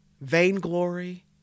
vainglory